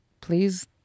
please